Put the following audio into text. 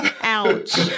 Ouch